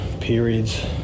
periods